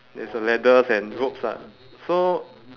there is a ladders and ropes ah so